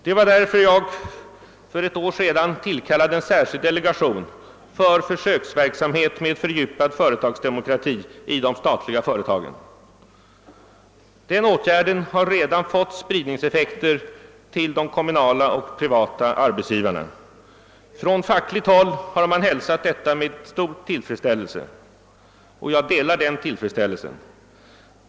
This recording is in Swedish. Det var därför jag för ett år sedan tillkallade en särskild delegation för försöksverksamhet med fördjupad företagsdemokrati i de statliga företagen. Denna åtgärd har redan fått spridningseffekter när det gäller de kommunala och privata arbetsgivarna. Från fackligt håll har man hälsat detta med stor tillfredsställelse. Jag delar denna tillfredsställelse.